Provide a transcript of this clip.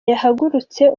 yahagurutse